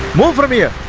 from here